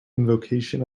invocation